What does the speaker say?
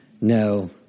no